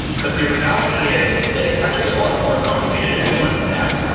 but the reality is that it's actually a lot more complicated and nuanced than that.